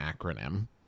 acronym